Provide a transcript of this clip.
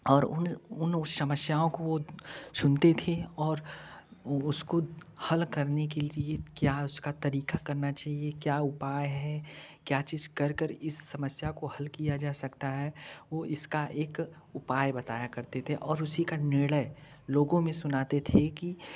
और उन उन समस्याओं को सुनते थे और उसको हल करने के लिए क्या उसका तरीका करना चाहिए क्या उपाय है का चीज करके इस समस्या को हल किया जा सकता है वो इसका एक उपाय बताया करते थे और उसी का निर्णय लोगों में सुनाते थे